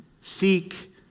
seek